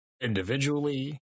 individually